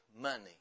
money